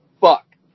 fuck